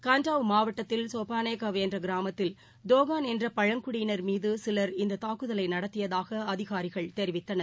கவுண்ட்டவ் மாவட்டத்தில் சோபானேகவ் என்றகிராமத்தில் டோகோன் என்றபழங்குடியினா் மீதுசிவர் இந்ததாக்குதலைநடத்தியதாகஅதிகாரிகள் தெரிவித்தனர்